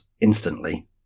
instantly